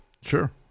Sure